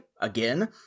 again